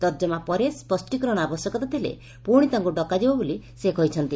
ତର୍କମା ପରେ ସ୍ ଆବଶ୍ୟକତା ଥିଲେ ପୁଶି ତାଙ୍କୁ ଡକାଯିବ ବୋଲି ସେ କହିଛନ୍ତି